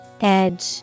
Edge